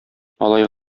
алай